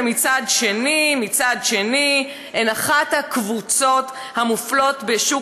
ומצד שני מצד שני הם אחת הקבוצות המופלות בשוק